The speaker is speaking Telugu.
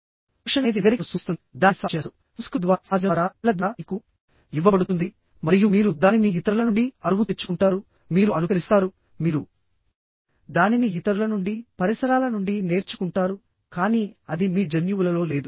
పోషణ అనేది నాగరికతను సూచిస్తుంది దానిని సాగు చేస్తారు సంస్కృతి ద్వారా సమాజం ద్వారా ప్రజల ద్వారా మీకు ఇవ్వబడుతుంది మరియు మీరు దానిని ఇతరుల నుండి అరువు తెచ్చుకుంటారు మీరు అనుకరిస్తారు మీరు దానిని ఇతరుల నుండి పరిసరాల నుండి నేర్చుకుంటారుకానీ అది మీ జన్యువులలో లేదు